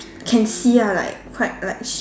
can see ah like quite like she